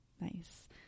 Nice